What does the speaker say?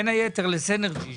בין היתר לסינרג’י,